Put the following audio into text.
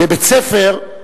בבית-ספר,